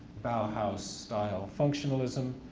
bauhaus style functionalism,